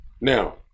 Now